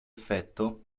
effetto